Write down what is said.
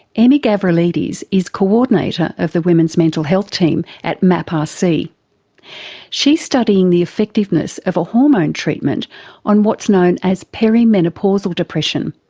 emmy gavrilides is co-ordinator of the women's mental health team at maprc. she's studying the effectiveness of a hormone treatment on what's known as peri-menopausal depression.